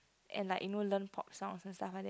and like you know learn pop songs and stuff like that